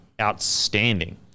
Outstanding